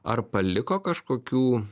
ar paliko kažkokių